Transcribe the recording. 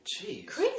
Jeez